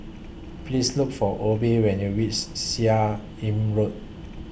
Please Look For Obe when YOU REACH Seah Im Road